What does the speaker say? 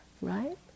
right